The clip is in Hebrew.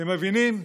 אתם מבינים,